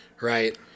Right